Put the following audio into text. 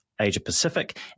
Asia-Pacific